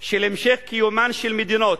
של המשך קיומן של מדינות,